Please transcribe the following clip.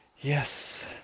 Yes